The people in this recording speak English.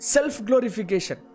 Self-Glorification